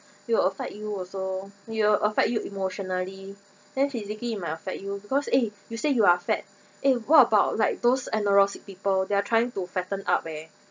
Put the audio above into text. it will affect you also it will affect you emotionally then physically might affect you because eh you say you are fat eh what about like those anorexic people they're trying to fatten up eh